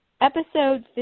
Episode